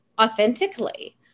authentically